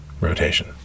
rotation